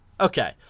Okay